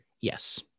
yes